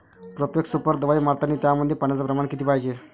Profex super दवाई मारतानी त्यामंदी पान्याचं प्रमाण किती पायजे?